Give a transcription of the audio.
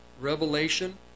revelation